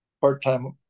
part-time